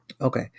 Okay